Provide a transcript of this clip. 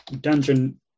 dungeon